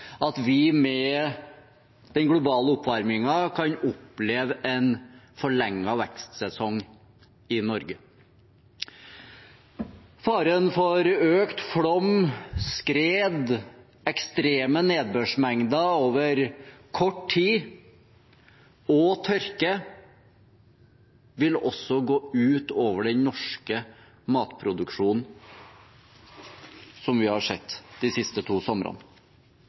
at vi med den globale oppvarmingen kan oppleve en forlenget vekstsesong i Norge. Faren for økt flom, skred, ekstreme nedbørsmengder over kort tid og tørke vil også gå ut over den norske matproduksjonen – slik vi har sett de siste to